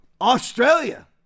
Australia